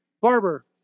Barber